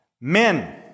Men